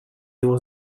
его